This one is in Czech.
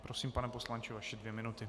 Prosím, pane poslanče, vaše dvě minuty.